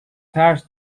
ترس